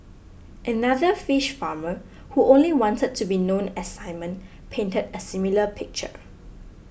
another fish farmer who only wanted to be known as Simon painted a similar picture